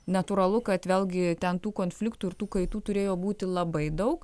natūralu kad vėlgi ten tų konfliktų ir tų kaitų turėjo būti labai daug